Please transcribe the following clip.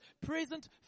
present